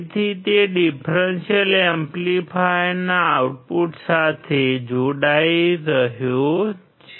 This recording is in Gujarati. તેથી તે ડીફ્રેન્શિઅલ એમ્પ્લીફાયરના આઉટપુટ સાથે જોડાઈ રહ્યો છે